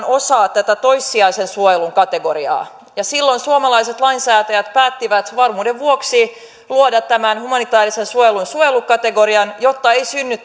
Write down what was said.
osa tätä toissijaisen suojelun kategoriaa ja silloin suomalaiset lainsäätäjät päättivät varmuuden vuoksi luoda tämän humanitaarisen suojelun suojelukategorian jotta ei synny